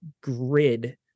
grid